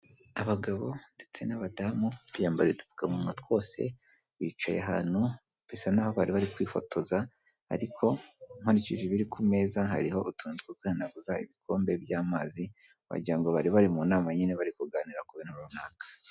Abagabo ndetse n'abadamu biyambariye udupfukamunwa twose bicaye ahantu bisa n'aho bari bari kwifotoza ariko nkurikije ibiri ku meza hariho utuntu two kwihanaguza, ibikombe by'amazi, wagira bari bari mu nama nyine bari kuganira ku bintu runaka.